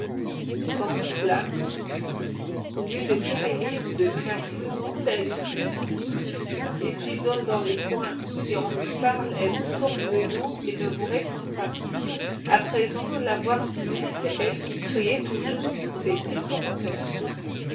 comment cela au lieu de quereller ou de menacer le monde elle est triste triste et s'isole dans les coins si on lui parle elle vous tourne le dos et ne vous répond pas à présent la voir muette elle qui criait toujours c'est étonnant n'est-ce pas